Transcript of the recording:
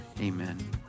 Amen